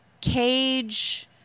cage